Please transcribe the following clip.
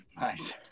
Nice